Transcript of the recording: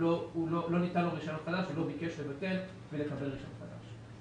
לא ניתן לו רישיון חדש והוא לא ביקש לבטל ולקבל רישיון חדש.